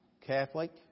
Catholic